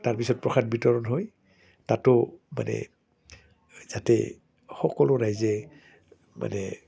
তাৰপিছত প্ৰসাদ বিতৰণ হয় তাতো মানে যাতে সকলো ৰাইজে মানে